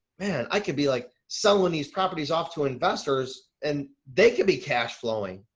man, i could be like selling these properties off to investors and they can be cash flowing.